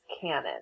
canon